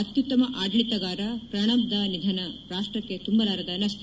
ಅತ್ಯುತ್ತಮ ಅಡಳಿತಗಾರ ಪ್ರಣಬ್ದಾ ನಿಧನ ರಾಷ್ಟಕ್ಕೆ ತುಂಬಲಾರದ ನಷ್ಪ